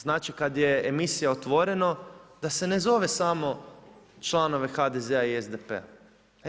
Znači, kad je emisija Otvoreno, da se ne zove samo članove HDZ-a i SDP-a.